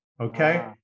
okay